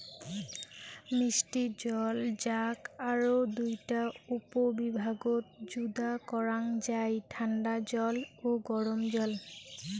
মিষ্টি জল যাক আরও দুইটা উপবিভাগত যুদা করাং যাই ঠান্ডা জল ও গরম জল